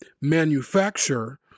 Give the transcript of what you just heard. manufacture